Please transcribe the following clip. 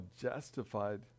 justified